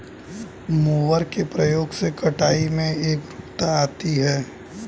mower के प्रयोग से कटाई में एकरूपता आती है